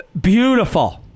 beautiful